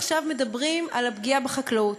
עכשיו מדברים על הפגיעה בחקלאות.